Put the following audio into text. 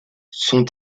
son